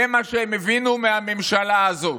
זה מה שהם הבינו מהממשלה הזאת.